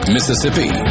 Mississippi